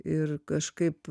ir kažkaip